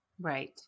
Right